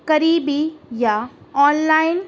قریبی یا آنلائن